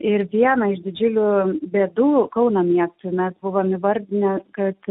ir viena iš didžiulių bėdų kauno miestui mes buvom įvardinę kad